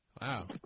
Wow